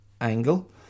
angle